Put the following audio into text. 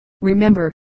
Remember